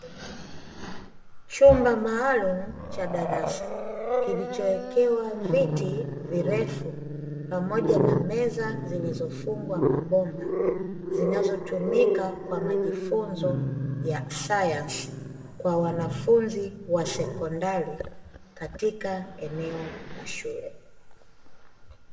Chumba maalum cha darasa kilichowekewa viti virefu pamoja na meza zilizofungwa mabomba zinazotumika kwa majifunzo ya sayansi kwa wanafunzi wa sekondari katika eneo la shule.